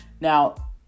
Now